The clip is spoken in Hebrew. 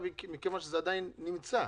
מכיוון שזה עדיין נמצא.